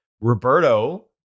Roberto